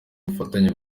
ubufatanye